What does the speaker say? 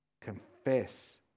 Confess